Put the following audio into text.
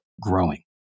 growing